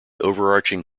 overarching